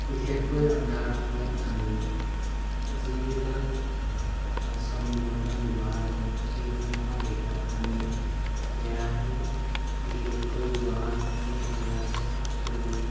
বিশেষকৈ ৰন্ধাৰ সময়ত আমি যিবিলাক বাচন বৰ্তন ব্যৱহাৰ কৰোঁ সেইসমূহৰ ভিতৰত আমি কেৰাহী বিশেষকৈ ব্যৱহাৰ কৰোঁ কেৰাহী চো